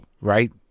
right